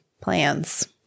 plans